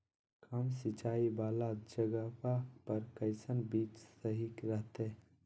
कम सिंचाई वाला जगहवा पर कैसन बीज सही रहते?